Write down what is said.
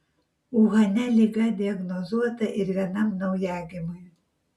uhane liga diagnozuota ir vienam naujagimiui